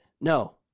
No